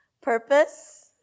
Purpose